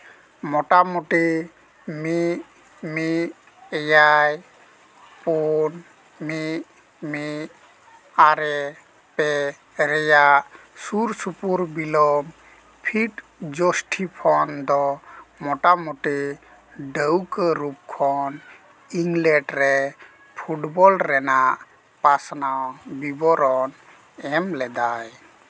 ᱢᱳᱴᱟᱢᱩᱴᱤ ᱢᱤᱫ ᱢᱤᱫ ᱮᱭᱟᱭ ᱯᱩᱱ ᱢᱤᱫ ᱢᱤᱫ ᱟᱨᱮ ᱯᱮ ᱨᱮᱭᱟᱜ ᱥᱩᱨ ᱥᱩᱯᱩᱨ ᱵᱤᱞᱚᱢ ᱯᱷᱤᱯᱷᱴᱡᱳᱥᱴᱤ ᱯᱷᱳᱱ ᱫᱚ ᱢᱳᱴᱟᱢᱩᱴᱤ ᱰᱟᱹᱣᱠᱟᱹ ᱨᱩᱯ ᱠᱷᱚᱱ ᱤᱝᱞᱮᱱᱰ ᱨᱮ ᱯᱷᱩᱴᱵᱚᱞ ᱨᱮᱱᱟᱜ ᱯᱟᱥᱱᱟᱣ ᱵᱤᱵᱚᱨᱚᱱ ᱮᱢ ᱞᱮᱫᱟᱭ